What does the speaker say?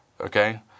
Okay